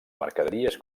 mercaderies